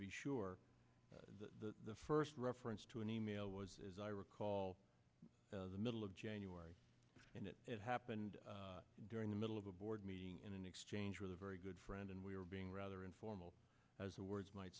be sure the first reference to an e mail was as i recall the middle of january and it happened during the middle of a board meeting in an exchange with a very good friend and we were being rather informal as the words might